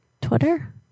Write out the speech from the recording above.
Twitter